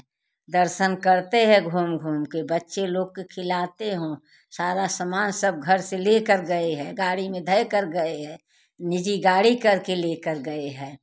दर्शन करते हैं घूम घूम कर बच्चे लोग को खिलाते हो सारा सामान सब घर से लेकर गए हैं गाड़ी में धर कर गए निजी गाड़ी करके लेकर गए हैं